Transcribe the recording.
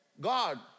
God